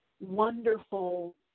wonderful